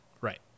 Right